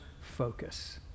focus